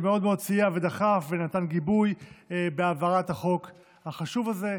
שמאוד מאוד סייע ודחף ונתן גיבוי בהעברת החוק החשוב הזה,